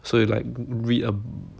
so you like read a